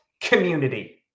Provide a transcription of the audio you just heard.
community